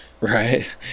Right